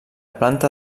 planta